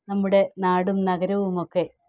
നമ്മുടെ നാടും നഗരവുമൊക്കെ